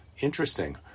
Interesting